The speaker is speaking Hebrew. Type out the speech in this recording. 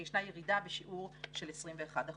שיש ירידה בשיעור של 21 אחוזים.